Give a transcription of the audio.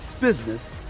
business